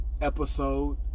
episode